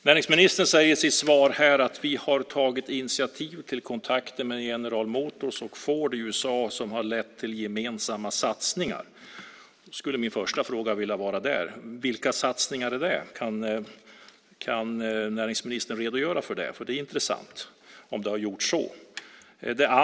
Näringsministern säger i sitt svar: "Vi har också tagit initiativ till kontakter med General Motors och Ford i USA som har lett till gemensamma satsningar." Min första fråga är då: Vilka satsningar är det? Kan näringsministern redogöra för det? Det är intressant om det har gjorts.